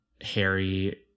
Harry